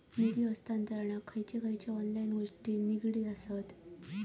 निधी हस्तांतरणाक खयचे खयचे ऑनलाइन गोष्टी निगडीत आसत?